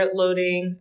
loading